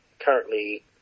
currently